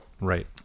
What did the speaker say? Right